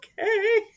okay